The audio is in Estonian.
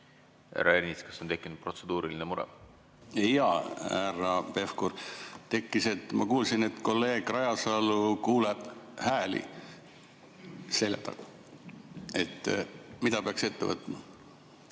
Ernits, kas on tekkinud protseduuriline mure? Jaa, härra Pevkur, tekkis. Ma kuulsin, et kolleeg Rajasalu kuuleb hääli. Seletage, mida peaks ette võtma?